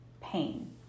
pain